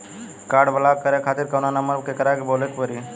Card block करे खातिर कवना नंबर पर केकरा के बोले के परी?